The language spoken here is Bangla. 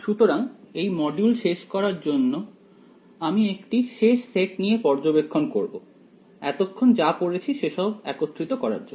সুতরাং এই মডিউল শেষ করার জন্য আমি একটি শেষ সেট নিয়ে পর্যবেক্ষণ করবো এতক্ষণ যা পড়েছি সেসব একত্রিত করার জন্য